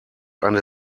eine